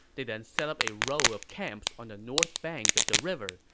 they then set up a row of camps on the north bank of the river.